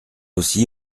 aussi